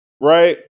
Right